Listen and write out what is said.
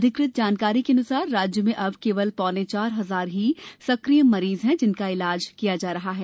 अधिकृत जानकारी के अनुसार राज्य में अब केवल पौने चार हजार ही सकिय मरीज हैं जिनका ईलाज किया जा रहे हैं